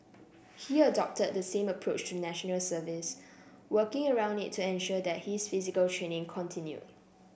he adopted the same approach to National Service working around it to ensure that his physical training continue